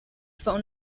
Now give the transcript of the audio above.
phone